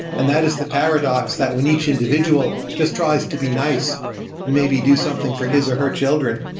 and that is the paradox that when each individual just tries to be nice and maybe do something for his or her children.